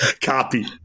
copy